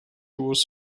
was